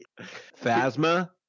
phasma